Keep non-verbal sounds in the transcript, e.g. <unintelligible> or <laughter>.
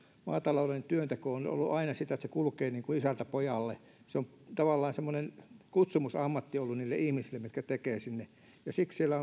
maatalouden työnteko on ollut aina sitä että se kulkee isältä pojalle se on tavallaan semmoinen kutsumusammatti ollut niille ihmisille jotka tekevät sitä ja siksi siellä <unintelligible>